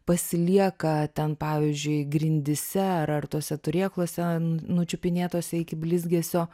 pasilieka ten pavyzdžiui grindyse ar tose turėkluose nučiupinėtuose iki blizgesio